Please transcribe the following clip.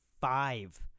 five